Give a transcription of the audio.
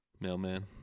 Mailman